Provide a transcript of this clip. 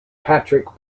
patrick